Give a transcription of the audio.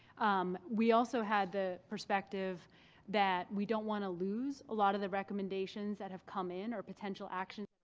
um we also had the perspective that we don't want to lose a lot of the recommendations that have come in or potential action.